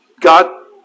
God